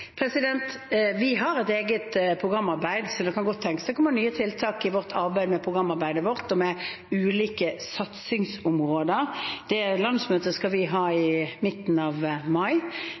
Vi har et eget programarbeid, så det kan godt tenkes at det kommer nye tiltak i programarbeidet vårt og med ulike satsingsområder. Landsmøtet skal vi ha i midten av mai,